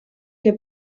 que